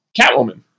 Catwoman